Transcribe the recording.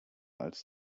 als